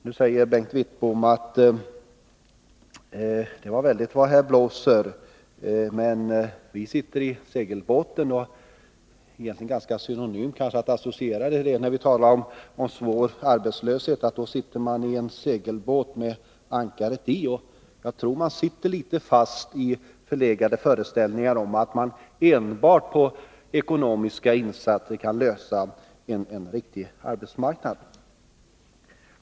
Nu säger Bengt Wittbom: Det var väldigt vad här blåser. Men vi sitter i segelbåten med ankaret i. Det är betecknande att han associerar till segelbåtar. När vi talar om svår arbetslöshet sitter moderaterna i en ”segelbåt” med ankaret i — jag tror de sitter litet fast i föreställningar om att man med enbart ekonomiska insatser kan åstadkomma en riktig arbetsmarknad.